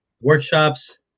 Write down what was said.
workshops